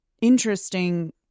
interesting